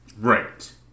Right